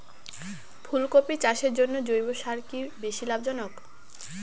ফুলকপি চাষের জন্য জৈব সার কি বেশী লাভজনক?